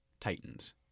Titans